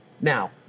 Now